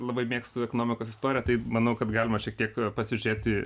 labai mėgstu ekonomikos istoriją tai manau kad galima šiek tiek pasižiūrėti